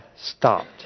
stopped